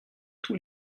tous